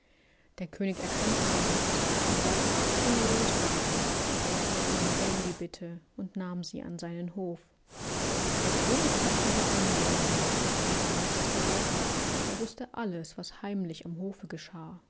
der könig erkannte sie nicht und weil es so schöne leute waren gewährte er ihnen gern die bitte und nahm sie an seinen hof der könig hatte aber einen löwen dem war nichts verborgen und er wußte alles was heimlich am hofe geschah